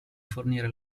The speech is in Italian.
fornire